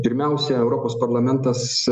pirmiausia europos parlamentas